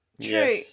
True